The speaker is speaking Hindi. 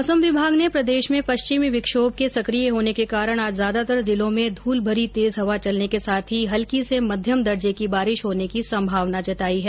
मौसम विभाग ने प्रदेश में पश्चिमी विक्षोभ के सक्रिय होने के कारण आज ज्यादातर जिलों में धूलभरी तेज हवा चलने के साथ ही हल्की से मध्यम दर्जे की बारिश होने की संभावना जताई हैं